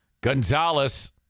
Gonzalez